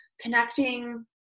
connecting